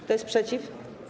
Kto jest przeciw?